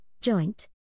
joint